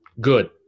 good